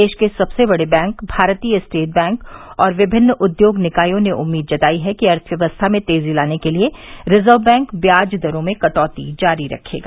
देश के सबसे बड़े बैंक भारतीय स्टेट बैंक और विभिन्न उद्योग निकायों ने उम्मीद जताई है कि अर्थव्यवस्था में तेजी लाने के लिए रिजर्व बैंक ब्याज दरों में कटौती जारी रखेगा